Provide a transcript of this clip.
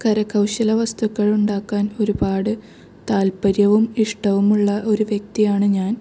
കരകൗശല വസ്തുക്കൾ ഉണ്ടാക്കാൻ ഒരുപാട് താൽപര്യവും ഇഷ്ടവും ഉള്ള ഒരു വ്യക്തിയാണ് ഞാൻ